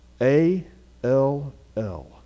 A-L-L